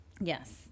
Yes